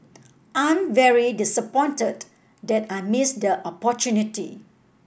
I'm very disappointed that I missed the opportunity